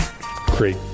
great